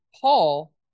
Paul